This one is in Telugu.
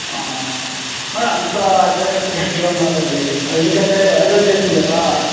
మరి అంత అజాగ్రత్తగా ఎట్లున్నారండి ఎందుకంటే రైల్వే స్టేషన్ కదా